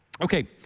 Okay